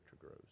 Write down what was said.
grows